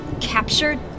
captured